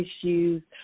issues